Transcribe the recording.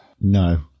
No